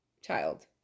child